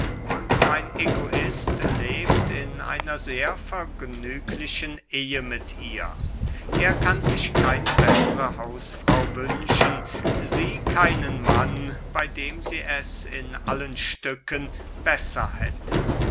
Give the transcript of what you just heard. und mein egoist lebt in einer sehr vergnüglichen ehe mit ihr er kann sich keine bessere hausfrau wünschen sie keinen mann bey dem sie es in allen stücken besser hätte